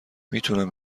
میتونم